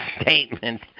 statement